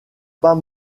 pas